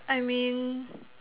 I mean